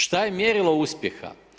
Šta je mjerilo uspjeha?